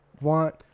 want